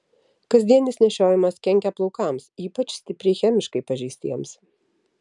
kasdienis nešiojimas kenkia plaukams ypač stipriai chemiškai pažeistiems